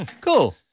Cool